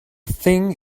thing